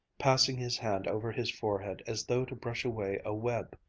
passing his hand over his forehead as though to brush away a web.